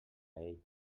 ell